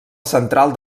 central